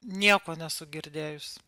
nieko nesu girdėjus